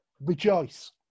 Rejoice